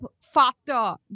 faster